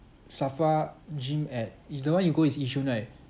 SAFRA gym at i~ the one you go is yishun right